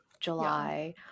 July